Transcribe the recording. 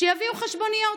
שיביאו חשבוניות.